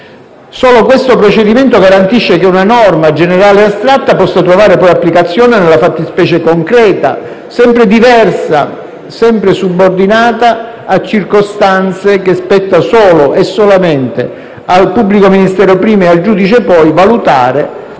Solo questo procedimento garantisce che una norma generale e astratta posso trovare poi applicazione nella fattispecie concreta, sempre diversa, sempre subordinata a circostanze che spetta solo e solamente al pubblico ministero prima, e al giudice poi, valutare